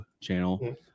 channel